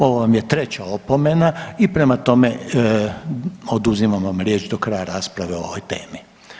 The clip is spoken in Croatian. Ovo vam je treća opomena i prema tome oduzimam vam riječ do kraja rasprave o ovoj temi.